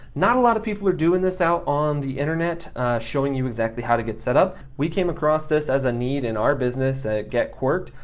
not a lotta people are doin' this out on the internet showing you exactly how to get set up. we came across this as a need in our business, ah get quirked,